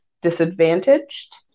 disadvantaged